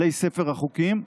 עלי ספר החוקים,